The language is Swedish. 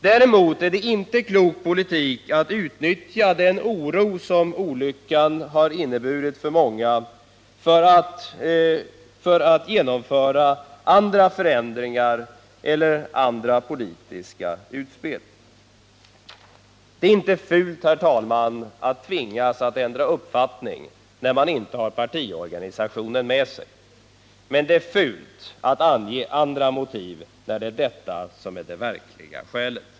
Däremot är det inte ärligt att utnyttja den oro som olyckan har inneburit för många till politiska utspel. Det är inte fult, herr talman, att tvingas att ändra uppfattning, när man inte har partiorganisationen med sig. Men det är oärligt att ange andra motiv, när detta är det verkliga skälet.